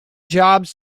jobs